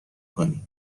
کنیم